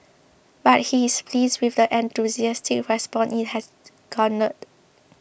but he is pleased with the enthusiastic response it has garnered